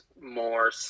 more